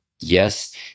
yes